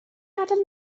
gadael